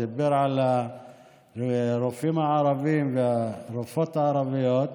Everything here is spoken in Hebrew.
הוא דיבר על הרופאים הערבים והרופאות הערביות,